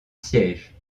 siège